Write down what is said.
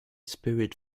spirit